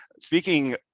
speaking